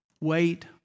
wait